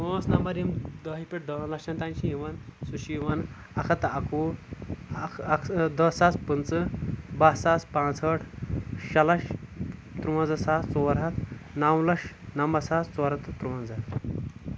پانٛژھ نمبر یِم دہہِ پٮ۪ٹھ دہن لچھن تانۍ چھِ یِوان سُہ چھِ یِوان اکھتھ تہٕ اکوُہ اکھ اکھ دہ ساس پٕنٛژٕ باہہ ساس پانٛژھ ہٲٹھ شیٚے لچھ ترٛونزہ ساس ژور ہتھ نو لچھ نمتھ ساس ژور ہتھ تہٕ ترٛونٛزہ